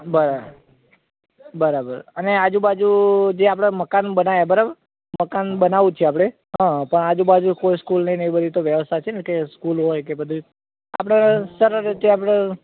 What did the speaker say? બરા બરાબર અને આજુબાજુ જે આપણે મકાન બનાવ્યા બરાબર મકાન બનાવવું છે આપણે હા તો આજુબાજુ કોઈ સ્કૂલને એવી બધી તો વ્યવસ્થા છે ને કે સ્કૂલ હોય કે બધી આપણે સરળ રીતે આપણે